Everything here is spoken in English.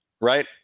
right